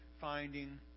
finding